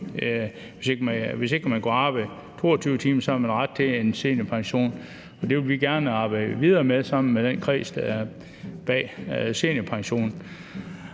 Hvis ikke man kunne arbejde 22 timer, havde man ret til en seniorpension, og det vil vi gerne arbejde videre med sammen med den kreds, der står bag seniorpension.